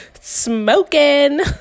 smoking